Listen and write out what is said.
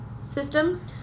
system